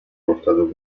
portato